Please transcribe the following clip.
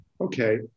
Okay